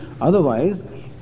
Otherwise